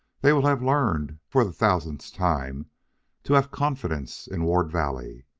they will have learned for the thousandth time to have confidence in ward valley.